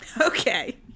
okay